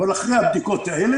אבל אחרי הבדיקות כאלה,